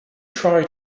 try